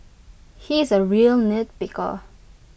he is A real nitpicker